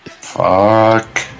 Fuck